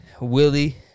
Willie